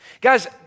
Guys